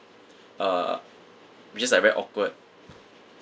uh we just like very awkward